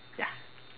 ya